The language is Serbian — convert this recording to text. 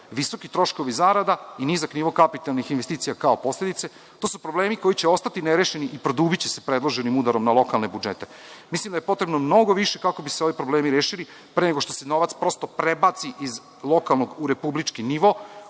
visoki troškovi zarada i nizak nivo kapitalnih investicija kao posledice, to su problemi koji će ostati nerešeni i produbiće se predloženim udarom na lokalne budžet. Mislim da je potrebno mnogo više kako bi se ovi problemi rešili pre nego što se novac prosto prebaci iz lokalnog u republički nivo